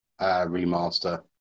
Remaster